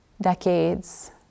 decades